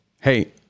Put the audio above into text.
Hey